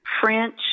French